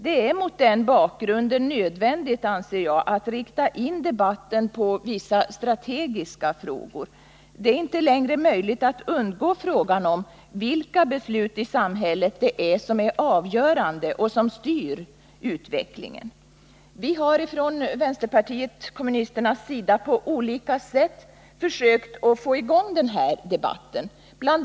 Det är mot den bakgrunden nödvändigt, anser jag, att rikta in debatten på vissa strategiska frågor. Det är inte längre möjligt att undgå frågan om vilka beslut i samhället det är som är avgörande och som styr utvecklingen. Vi har från vpk:s sida på olika sätt försökt ta upp den här debatten. Bl.